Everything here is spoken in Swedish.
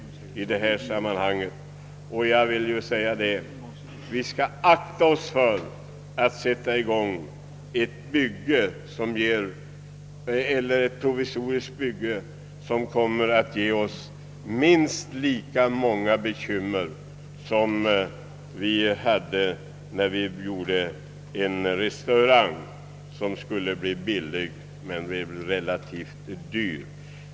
Vi bör akta oss för att sätta i gång ett provisoriskt bygge som kan komma att vålla oss minst lika stora bekymmer som när vi beslutade om byggandet av en restaurang som skulle bli billig men som blev dyrbar.